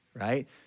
right